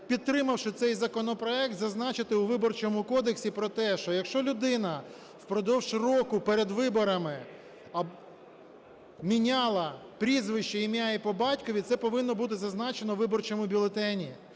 підтримавши цей законопроект, зазначити у Виборчому кодексі про те, що якщо людина впродовж року перед виборами міняла прізвище, ім'я і по батькові, це повинно бути зазначено у виборчому бюлетені